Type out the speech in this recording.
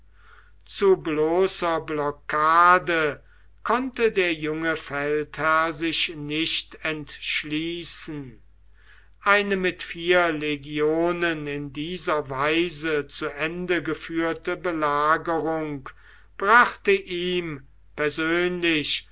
zu bloßer blockade konnte der junge feldherr sich nicht entschließen eine mit vier legionen in dieser weise zu ende geführte belagerung brachte ihm persönlich